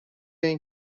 این